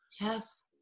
Yes